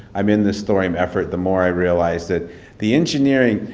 i mean this thorium effort, the more i realized that the engineering,